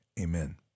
amen